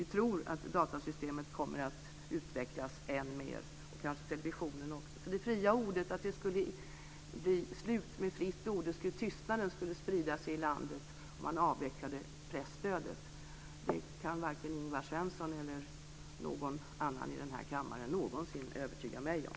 Vi tror att det kommer att utvecklas än mer, och det gäller kanske televisionen också. Att det skulle vara slutet för det fria ordet och att tystnaden skulle sprida sig i landet om man avvecklade presstödet kan varken Ingvar Svensson eller någon annan i denna kammare någonsin övertyga mig om.